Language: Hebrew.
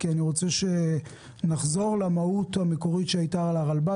כי אני רוצה שנחזור למהות המקורית שהייתה לרלב"ד,